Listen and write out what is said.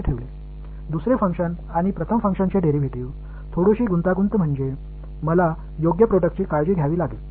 இரண்டாவது பங்க்ஷன் மற்றும் முதல் பங்க்ஷன் டிரைவேடிவ் சிறிய சிக்கலானது நான் அதனுடைய ப்ராடக்ட்டை கவனித்துக் கொள்ள வேண்டும்